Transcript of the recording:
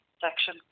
section